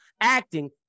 acting